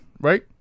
right